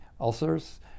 Ulcers